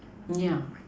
yeah